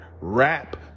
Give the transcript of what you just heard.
Rap